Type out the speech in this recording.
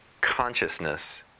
consciousness